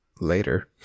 later